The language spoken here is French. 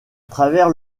travers